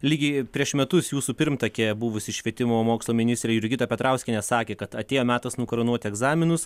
lygiai prieš metus jūsų pirmtakė buvusi švietimo mokslo ministrė jurgita petrauskienė sakė kad atėjo metas nukarūnuoti egzaminus